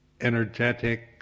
energetic